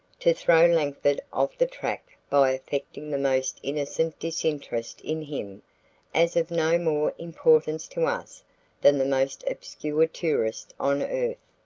to throw langford off the track by affecting the most innocent disinterest in him as of no more importance to us than the most obscure tourist on earth.